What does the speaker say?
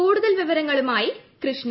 കൂടുതൽ വിവരങ്ങളുമായി കൃഷ്ണ